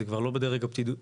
זה כבר לא בדרג הפקידותי.